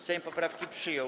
Sejm poprawki przyjął.